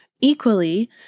Equally